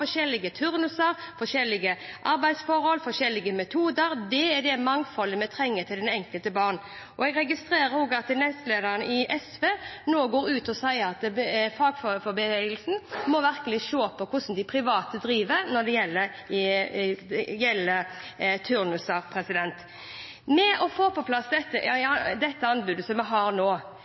forskjellige turnuser, forskjellige arbeidsforhold og forskjellige metoder. Det er dette mangfoldet man trenger for det enkelte barn. Jeg registrerer også at nestlederen i SV nå går ut og sier at fagbevegelsen virkelig må se på hvordan de private driver med hensyn til turnuser. Ved å få på plass dette